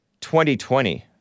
2020